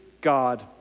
God